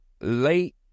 late